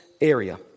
area